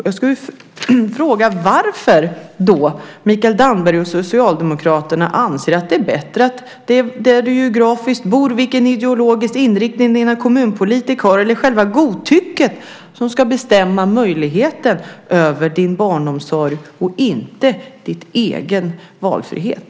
Jag skulle vilja fråga varför Mikael Damberg och Socialdemokraterna anser att det är bättre att det är var du bor, vilken ideologisk inriktning dina kommunpolitiker har eller själva godtycket som ska bestämma möjligheterna för din barnomsorg och inte din egen valfrihet.